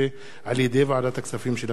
על-ידי ועדת הכספים של הכנסת: